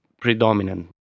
predominant